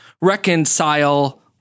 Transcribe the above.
reconcile